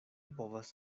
povas